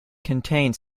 contained